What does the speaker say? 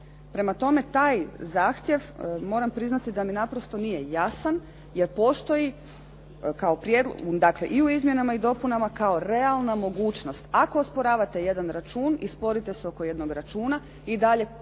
Prema tome, taj zahtjev moram priznati da mi nije jasan jer postoji, dakle i u izmjenama i dopunama kao realna mogućnost. Ako osporavate jedan račun i sporite se oko jednog računa i dalje